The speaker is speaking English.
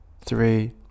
three